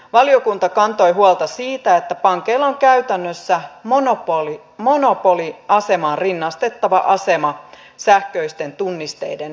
valiokunta kantoi huolta siitä että pankeilla on käytännössä monopoliasemaan rinnastettava asema sähköisten tunnisteiden osalta